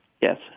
Yes